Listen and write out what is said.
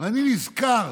ואני נזכר